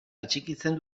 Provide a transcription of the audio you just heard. atxikitzen